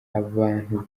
abantu